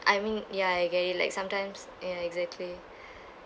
I mean ya I get it like sometimes ya exactly